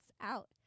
out